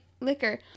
liquor